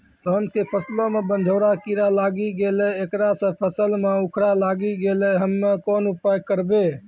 धान के फसलो मे बनझोरा कीड़ा लागी गैलै ऐकरा से फसल मे उखरा लागी गैलै हम्मे कोन उपाय करबै?